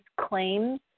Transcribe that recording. claims